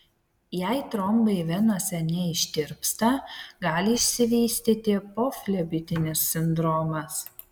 jei trombai venose neištirpsta gali išsivystyti poflebitinis sindromas